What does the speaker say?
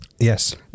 Yes